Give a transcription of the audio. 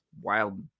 wild